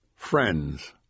FRIENDS